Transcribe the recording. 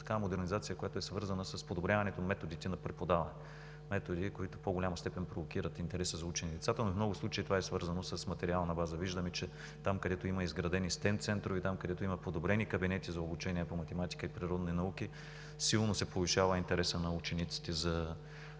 такава модернизация, която е свързана с подобряване на методите на преподаване – методи, които в по-голяма степен провокират интереса за учене в децата, но в много случаи това е свързано с материалната база. Виждаме, че там, където има изградени стенд центрове, където има подобрени кабинети за обучение по математика и природни науки, силно се повишава интересът на учениците за учене.